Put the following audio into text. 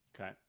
Okay